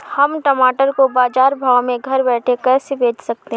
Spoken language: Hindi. हम टमाटर को बाजार भाव में घर बैठे कैसे बेच सकते हैं?